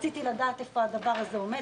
רציתי לדעת איפה הדבר הזה עומד.